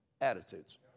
attitudes